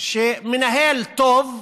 שמנהל טוב,